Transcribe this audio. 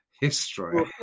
history